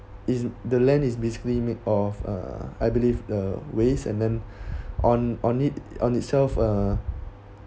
is the land is basically made of uh I believe the waste and then on on it on itself uh